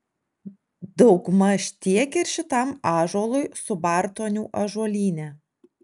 daugmaž tiek ir šitam ąžuolui subartonių ąžuolyne